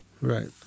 Right